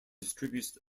distributes